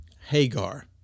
Hagar